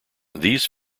these